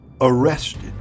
arrested